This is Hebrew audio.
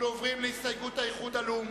אנחנו עוברים להצבעה על ההסתייגות של האיחוד הלאומי.